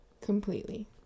Completely